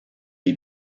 les